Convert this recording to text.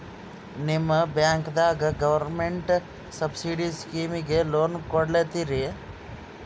ನಿಮ ಬ್ಯಾಂಕದಾಗ government subsidy ಸ್ಕೀಮಿಗಿ ಲೊನ ಕೊಡ್ಲತ್ತೀರಿ?